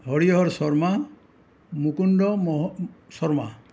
Harihar Sharma Mukunda Mohan Sharma